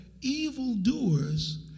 evildoers